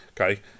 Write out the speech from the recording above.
Okay